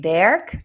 werk